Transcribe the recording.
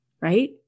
right